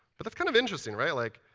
but it's kind of interesting, right? like,